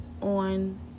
on